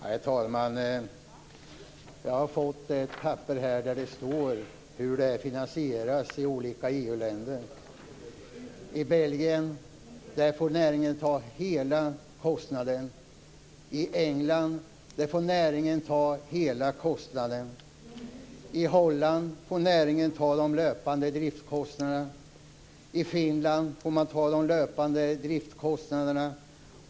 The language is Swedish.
Herr talman! Jag har fått ett papper i min hand av vilket det framgår hur det här finansieras i olika EU länder. I Belgien och Storbritannien får näringen ta hela kostnaden. I Holland och Finland får näringen ta de löpande driftskostnaderna.